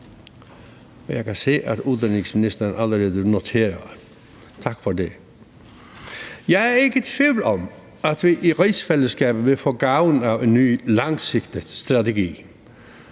jeg kan se, at udenrigsministeren allerede noterer det. Tak for det. Jeg er ikke i tvivl om, at vi i rigsfællesskabet vil få gavn af en ny langsigtet strategi